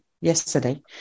yesterday